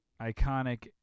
iconic